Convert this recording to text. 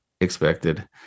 expected